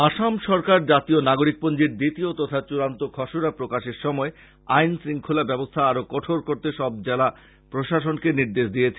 আসাম সরকার জাতীয় নাগরিকপঞ্জীর দ্বিতীয় তথা চড়ান্ত খসড়া প্রকাশের সময় আইন শংখলা ব্যবস্থা আরো কঠোর করতে সব জেলা প্রশাসনকে নির্দেশ দিয়েছে